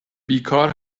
بیکار